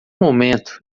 momento